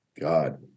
God